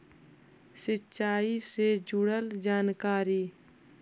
सिंचाई से जुड़ल जानकारी?